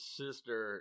sister